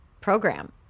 program